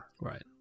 Right